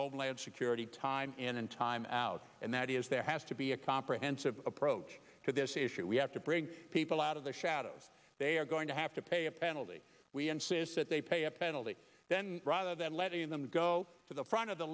homeland security time in time out and that is there has to be a comprehensive approach to this issue we have to bring people out of the shadows they are going to have to pay a penalty we insist that they pay a penalty then rather than letting them go to the front of the